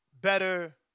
better